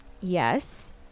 yes